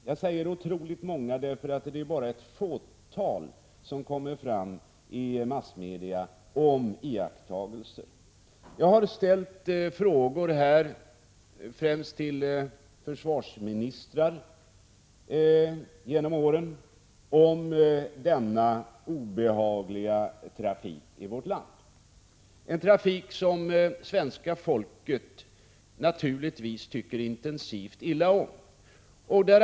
Jag säger ”otroligt många” därför att det bara är ett fåtal iakttagelser om TIR-bilars verksamhet, som uppmärksammas i massmedia. Jag har ställt frågor, främst till försvarsministrar genom åren, om denna obehagliga trafik i vårt land. Det är en trafik som det svenska folket naturligtvis tycker intensivt illa om.